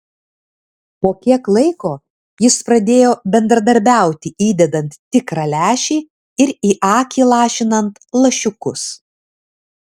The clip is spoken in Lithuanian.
po kiek laiko jis pradėjo bendradarbiauti įdedant tikrą lęšį ir į akį lašinant lašiukus